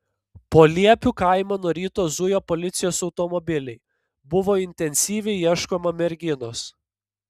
po liepių kaimą nuo ryto zujo policijos automobiliai buvo intensyviai ieškoma merginos